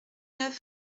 neuf